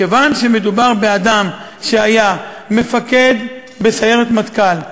כיוון שמדובר באדם שהיה מפקד בסיירת מטכ"ל,